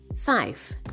five